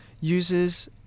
uses